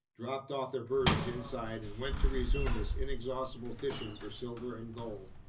dropped off their burdens inside, and went to resume this inexhaustible fishing for silver and gold.